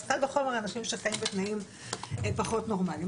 אז קל וחומר אנשים שחיים בתנאים פחות נורמליים.